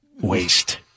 waste